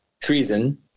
treason